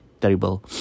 Terrible